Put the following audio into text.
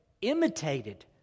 imitated